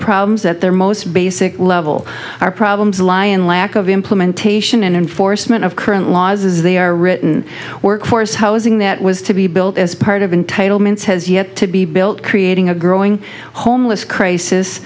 problems at their most basic level our problems lie in lack of implementation and enforcement of current laws as they are written workforce housing that was to be built as part of entitlements has yet to be built creating a growing homeless crisis